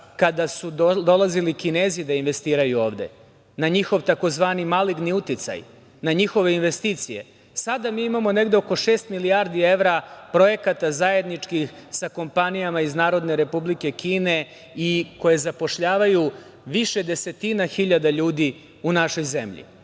kada su dolazili Kinezi da investiraju ovde, na njihov tzv. maligni uticaj, na njihove investicije. Sada mi imamo negde oko šest milijardi evra projekata zajedničkih sa kompanijama iz NR Kine, koje zapošljavaju više desetina hiljada ljudi u našoj zemlji. Kada